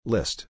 List